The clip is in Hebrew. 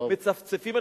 טוב.